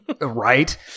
Right